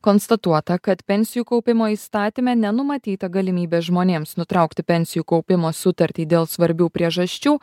konstatuota kad pensijų kaupimo įstatyme nenumatyta galimybė žmonėms nutraukti pensijų kaupimo sutartį dėl svarbių priežasčių